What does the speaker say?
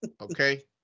Okay